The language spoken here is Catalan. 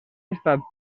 estat